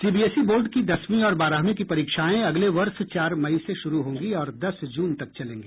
CBSE board की दसवीं और बारहवीं की परीक्षाएं अगले वर्ष चार मई से शुरू होंगी और दस जून तक चलेगी